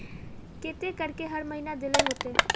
केते करके हर महीना देल होते?